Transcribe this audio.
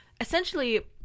Essentially